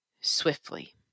swiftly